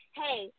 hey